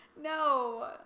No